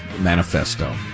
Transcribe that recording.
manifesto